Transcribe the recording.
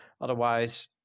Otherwise